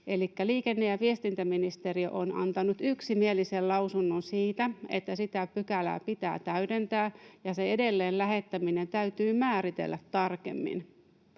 liikenne- ja viestintäministeriö on antanut yksimielisen lausunnon siitä, että sitä pykälää pitää täydentää ja se edelleen lähettäminen täytyy määritellä tarkemmin.